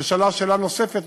ששאלה שאלה נוספת,